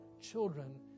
children